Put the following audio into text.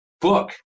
book